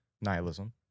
nihilism